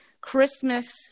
Christmas